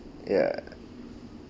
ya